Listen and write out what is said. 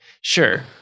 sure